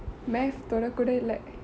math தொடகுட இல்ல:thodakuda illa